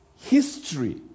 History